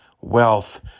wealth